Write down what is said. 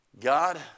God